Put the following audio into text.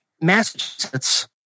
Massachusetts